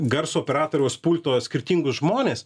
garso operatoriaus pulto skirtingus žmones